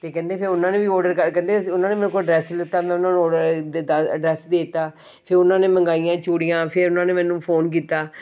ਅਤੇ ਕਹਿੰਦੇ ਫਿਰ ਉਹਨਾਂ ਨੂੰ ਵੀ ਔਡਰ ਕਰ ਕਹਿੰਦੇ ਉਹਨਾਂ ਨੇ ਮੇਰੇ ਕੋਲੋਂ ਡਰੈਸ ਲਿੱਤਾ ਉਹਨਾਂ ਨੂੰ ਐਡਰੈਸ ਦੇ ਦਿੱਤਾ ਫਿਰ ਉਹਨਾਂ ਨੇ ਮੰਗਾਈਆਂ ਚੂੜੀਆਂ ਫਿਰ ਉਹਨਾਂ ਨੇ ਮੈਨੂੰ ਫੋਨ ਕੀਤਾ